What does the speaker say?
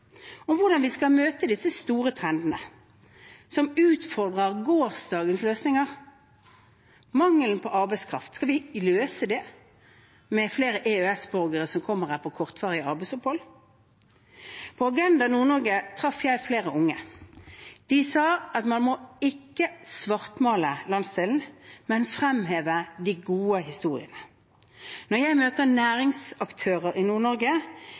om hvordan vi skal møte de store trendene som utfordrer gårsdagens løsninger. Mangelen på arbeidskraft – skal vi løse den med flere EØS-borgere som kommer hit på kortvarige arbeidsopphold? På Agenda Nord-Norge traff jeg flere unge. De sa at man ikke måtte svartmale landsdelen, men fremheve de gode historiene. Når jeg møter næringsaktører i